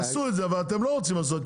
אבל אתם לא רוצים לעשות את זה,